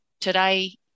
today